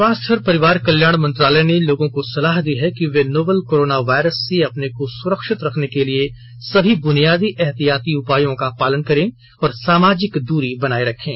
स्वास्थ्य और परिवार कल्याण मंत्रालय ने लोगों को सलाह दी है कि वे नोवल कोरोना वायरस से अपने को सुरक्षित रखने के लिए सभी ब्रनियादी एहतियाती उपायों का पालन करें और सामाजिक दूरी बनाए रखें